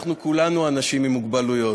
אנחנו כולנו אנשים עם מוגבלויות,